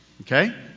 Okay